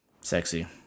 Sexy